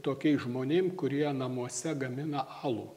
tokiais žmonėm kurie namuose gamina alų